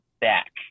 back